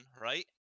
right